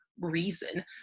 reason